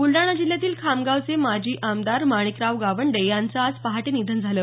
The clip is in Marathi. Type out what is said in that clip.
ब्रलडाणा जिल्ह्यातील खामगावचे माजी आमदार माणिकराव गावंडे यांच आज पहाटे निधन झालं